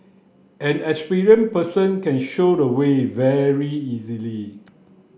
an experienced person can show the way very easily